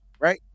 Right